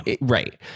right